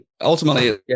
ultimately